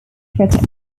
critics